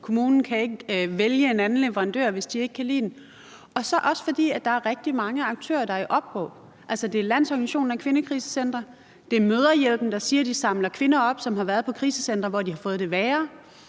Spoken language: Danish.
kommunen kan ikke vælge en anden leverandør, hvis de ikke kan lide den, og fordi der er rigtig mange aktører, der gør opråb. Det er Landsorganisationen af Kvindekrisecentre, det er Mødrehjælpen, der siger, at de samler kvinder op, som har været på krisecentre, hvor de har fået det værre.